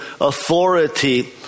authority